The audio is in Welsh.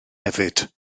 hefyd